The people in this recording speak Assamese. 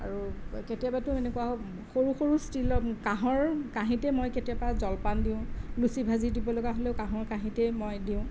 আৰু কেতিয়াবাতো এনেকুৱা সৰু সৰু ষ্টিলৰ কাঁহৰ কাঁহীতেই মই কেতিয়াবা জলপান দিওঁ লুচি ভাজি দিবলগা হ'লেও কাঁহৰ কাঁহীতেই মই দিওঁ